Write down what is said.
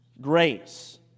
Grace